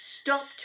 Stopped